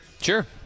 Sure